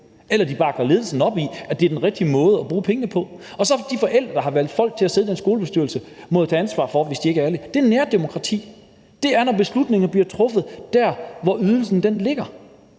Eller også bakker de ledelsen op i, at det er den rigtige måde at bruge pengene på. Og de forældre, der har valgt folk til at sidde i den skolebestyrelse, må jo så tage ansvaret. Det er nærdemokrati. Det er, når beslutninger bliver truffet der, hvor ydelsen ligger.